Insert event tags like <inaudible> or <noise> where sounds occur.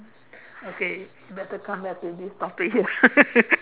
okay better come back to this topic ya <laughs>